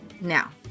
Now